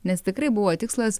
nes tikrai buvo tikslas